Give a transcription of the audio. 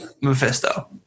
Mephisto